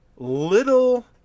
Little